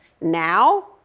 Now